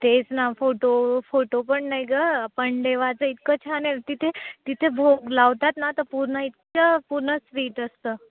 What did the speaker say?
तेच ना photo photo पण नाही ग पण देवाचं इतकं छान आहे तिथे तिथे भोग लावतात ना तर पूर्ण इतकं पूर्ण स्वीट असतं